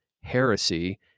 heresy